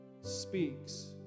speaks